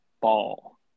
Ball